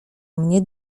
mnie